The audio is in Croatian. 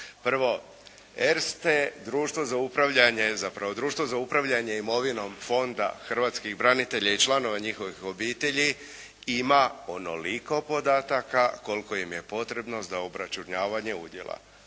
zapravo društvo za upravljanje imovinom Fonda hrvatskih branitelja i članova njihovih obitelji ima onoliko podataka koliko im je potrebno za obračunavanje udjela.